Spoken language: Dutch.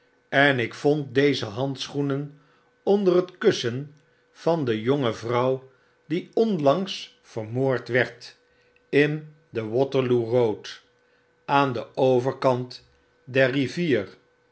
en ik vond deze handschoenen onder het kussen van de jonge vrouw die onlangs vermoord werd in de waterloo eoad aan den overkant der rivier